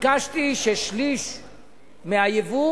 ביקשתי ששליש מהיבוא,